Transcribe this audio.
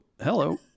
hello